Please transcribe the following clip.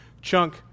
chunk